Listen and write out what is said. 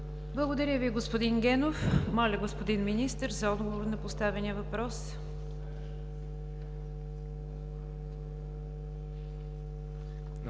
Благодаря Ви, господин Генов. Моля, господин Министър, за отговор на поставения въпрос.